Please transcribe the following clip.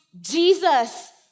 Jesus